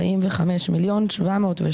כמה הריבית על